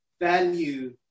value